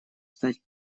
стать